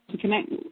connect